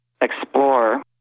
explore